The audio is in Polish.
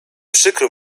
przykro